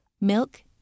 Milk